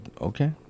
okay